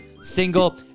single